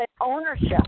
ownership